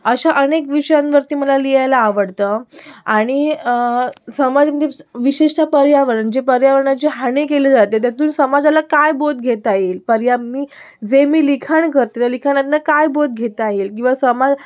अशा अनेक विषयांवरती मला लिहायला आवडतं आणि विशेषतः पर्यावरण जे पर्यावरणाची हानी केली जाते त्यातून समाजाला काय बोध घेता येईल पर्या मी जे मी लिखाण करते लिखाणातनं काय बोध घेता येईल किंवा समाल